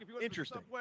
Interesting